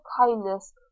kindness